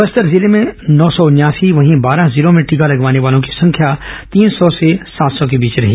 बस्तर जिले में नौ सौ उनयासी वहीं बारह जिलों में टीका लगवाने वालों की संख्या तीन सौ से सात सौ के बीच रही